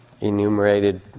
enumerated